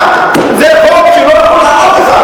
זה חוק שלא יחול על אף אחד,